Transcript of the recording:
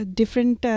different